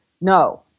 No